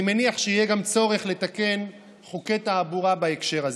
אני מניח שיהיה גם צורך לתקן חוקי תעבורה בהקשר הזה.